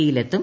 ഇയിലെത്തും